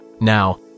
Now